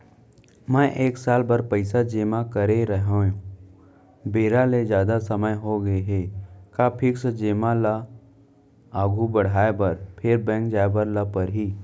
मैं एक साल बर पइसा जेमा करे रहेंव, बेरा ले जादा समय होगे हे का फिक्स जेमा ल आगू बढ़ाये बर फेर बैंक जाय ल परहि?